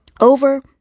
over